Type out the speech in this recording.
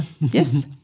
yes